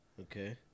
Okay